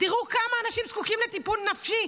תראו כמה אנשים זקוקים לטיפול נפשי.